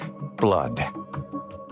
blood